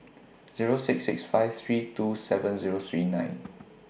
Zero six six five three two seven Zero three nine